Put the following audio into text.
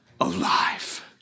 alive